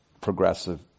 progressive